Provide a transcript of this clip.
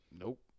Nope